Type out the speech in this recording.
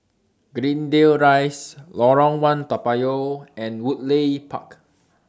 Greendale Rise Lorong one Toa Payoh and Woodleigh Park